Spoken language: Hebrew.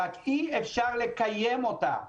אבל אי אפשר לקיים אותה עכשיו,